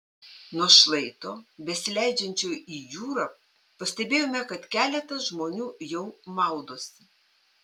nuo šlaito besileidžiančio į jūrą pastebėjome kad keletas žmonių jau maudosi